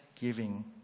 giving